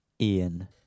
Ian